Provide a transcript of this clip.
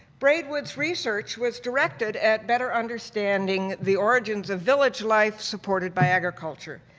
braidwood's research was directed at better understanding the origins of village life supported by agriculture.